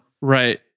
Right